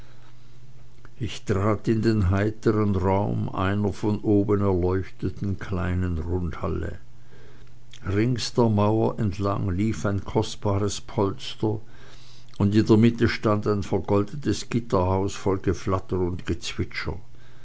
ich trat in den heitern raum einer von oben erleuchteten kleinen rundhalle rings der mauer entlang lief ein kostbares polster und in der mitte stand ein vergoldetes gitterhaus voll geflatter und